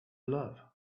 love